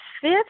fifth